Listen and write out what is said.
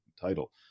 title